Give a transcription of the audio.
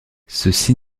ceci